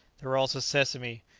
there were also sesame,